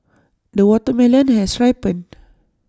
the watermelon has ripened